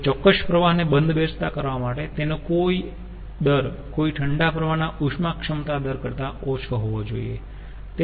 કોઈ ચોક્કસ પ્રવાહ ને બંધબેસતા કરવા માટે તેનો દર કોઈ ઠંડા પ્રવાહના ઉષ્મા ક્ષમતા દર કરતા ઓછો હોવો જોઈએ